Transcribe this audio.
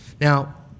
Now